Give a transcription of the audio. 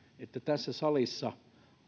että tässä salissa